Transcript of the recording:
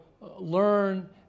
learn